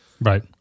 Right